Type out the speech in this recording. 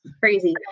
crazy